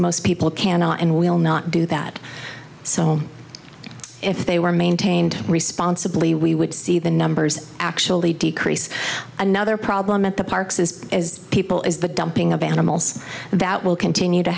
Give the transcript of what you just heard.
most people cannot and will not do that so if they were maintained responsibly we would see the numbers actually decrease another problem at the parks is as people is the dumping of animals that will continue to